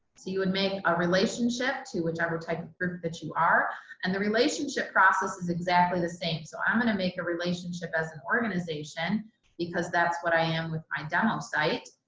you would make a relationship to whichever type of group that you are and the relationship process is exactly the same. so i'm going to make a relationship as an organization because that's what i am with my demo site.